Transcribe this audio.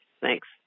Thanks